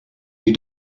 you